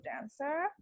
dancer